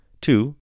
Two